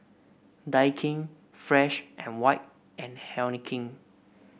Daikin Fresh And White and Heinekein